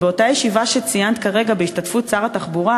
באותה ישיבה שציינת כרגע בהשתתפות שר התחבורה